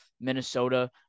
Minnesota